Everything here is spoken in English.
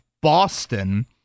Boston